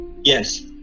yes